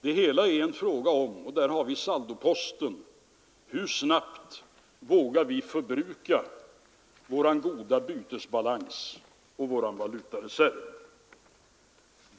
Det hela är en fråga om — och där har vi saldoposten — hur snabbt vi vågar förbruka vår goda bytesbalans och vår valutareserv.